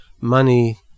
money